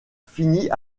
finit